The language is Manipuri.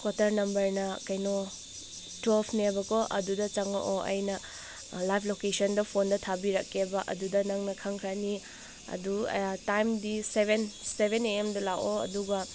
ꯍꯣꯇꯦꯜ ꯅꯝꯕꯔꯅ ꯀꯩꯅꯣ ꯇ꯭ꯌꯦꯜꯐꯅꯦꯕꯀꯣ ꯑꯗꯨꯗ ꯆꯪꯉꯛꯑꯣ ꯑꯩꯅ ꯂꯥꯏꯚ ꯂꯣꯀꯦꯁꯟꯗ ꯐꯣꯟꯗ ꯊꯥꯕꯤꯔꯛꯀꯦꯕ ꯑꯗꯨꯗ ꯅꯪꯅ ꯈꯪꯈ꯭ꯔꯅꯤ ꯑꯗꯨ ꯇꯥꯏꯝꯗꯤ ꯁꯦꯕꯦꯟ ꯁꯦꯕꯦꯟ ꯑꯦ ꯑꯦꯝꯗ ꯂꯥꯛꯑꯣ ꯑꯗꯨꯒ